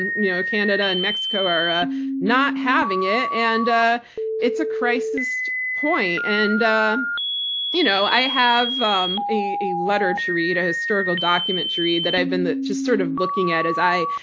and you know canada and mexico are not having it. and it's a crisis point. and you know i have um a a letter to read, a historical document to read, that i've been just sort of looking at as i,